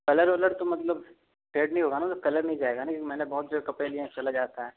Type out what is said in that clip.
colour वलर तो मतलब डेड नहीं होगा ना कलर नहीं जाएगा ना क्योंकि मैंने बहुत जगह कपड़े लिए चला जाता है